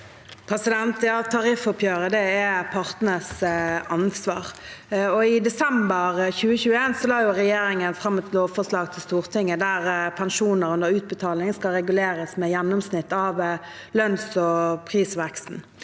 tariff- oppgjøret er partenes ansvar. I desember 2021 la regjeringen fram for Stortinget et lovforslag der pensjoner under utbetaling skal reguleres med gjennomsnitt av lønns- og prisveksten.